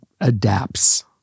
adapts